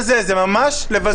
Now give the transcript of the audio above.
אנחנו אנשים שיש להם אחריות,